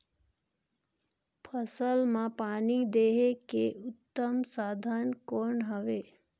फसल मां पानी देहे के उत्तम साधन कौन हवे?